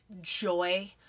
joy